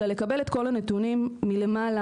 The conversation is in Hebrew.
אלא לקבל את כל הנתנוים מלמעלה,